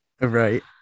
right